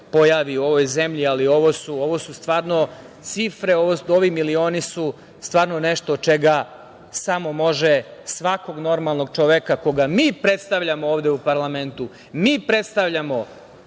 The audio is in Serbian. pojavi u ovoj zemlji. Ali ovo su stvarno cifre, ovi milioni su stvarno nešto od čega samo može svakog normalnog čoveka koga mi predstavljamo ovde u parlamentu… Mi predstavljamo